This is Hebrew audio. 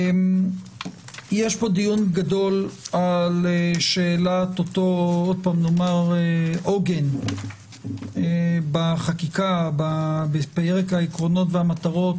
יש פה דיון גדול על שאלת אותו עוגן בחקיקה בפרק העקרונות והמטרות